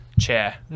chair